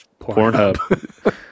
Pornhub